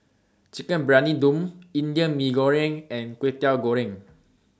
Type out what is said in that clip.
Chicken Briyani Dum Indian Mee Goreng and Kway Teow Goreng